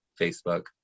Facebook